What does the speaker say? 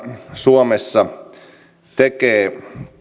suomessa tekevät